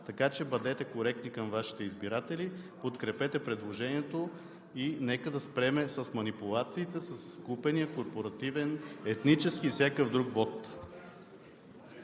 Така че бъдете коректни към Вашите избиратели и подкрепете предложението. Нека да спрем с манипулациите, с купения, корпоративен, етнически и всякакъв друг вот.